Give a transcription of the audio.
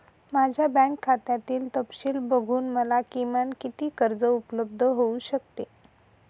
माझ्या बँक खात्यातील तपशील बघून मला किमान किती कर्ज उपलब्ध होऊ शकते?